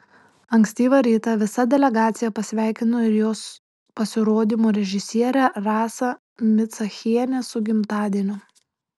ankstyvą rytą visa delegacija pasveikino ir jos pasirodymo režisierę rasą micachienę su gimtadieniu